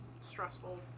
stressful